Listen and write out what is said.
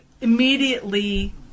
immediately